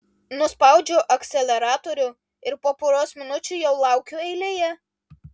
nuspaudžiu akceleratorių ir po poros minučių jau laukiu eilėje